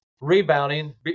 rebounding